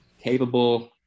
capable